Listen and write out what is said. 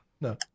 No